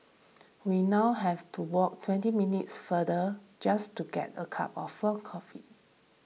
we now have to walk twenty minutes farther just to get a cup of full coffee